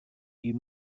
you